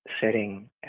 setting